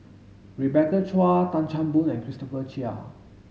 Rebecca Chua Tan Chan Boon and Christopher Chia